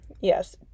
yes